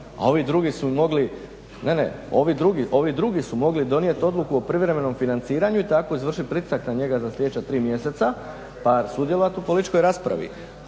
ovi drugi su mogli donijeti odluku o privremenom financiranju i tako izvršiti pritisak na njega za sljedeća tri mjeseca, …/Govornik se ne razumije./… sudjelovati u političkoj raspravi.